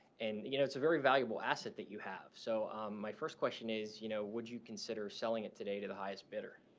and you know it's a very valuable asset that you have. so my first question is, you know, would you consider selling it today to the highest bidder?